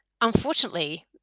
Unfortunately